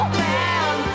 man